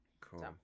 Cool